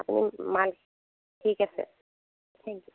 আপুনি মাল ঠিক আছে থেংক ইউ